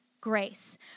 grace